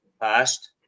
past